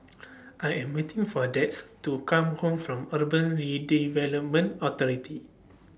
I Am waiting For Dax to Come Home from Urban Redevelopment Authority